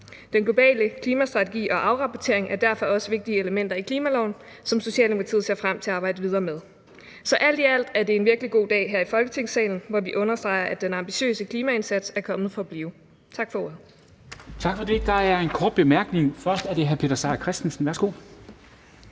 Den globale klimastrategi og afrapportering er derfor også vigtige elementer i klimaloven, som Socialdemokratiet ser frem til at arbejde videre med. Så alt i alt er det en virkelig god dag her i Folketingssalen, hvor vi understreger, at den ambitiøse klimaindsats er kommet for at blive. Tak for ordet. Kl. 10:42 Formanden (Henrik Dam Kristensen): Tak for det. Der er en kort bemærkning. Først er det hr. Peter Seier Christensen. Værsgo.